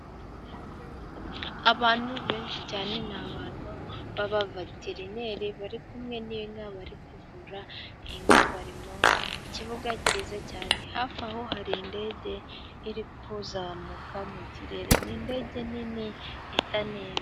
Abantu benshi cyane, ni abantu b'abaveterineri bari kumwe n'inka, bari kuvura inka. Bari mu kibuga cyiza cyane, hafi aho hari indege iri kuzamuka mu kirere. Ni indege nini isa neza.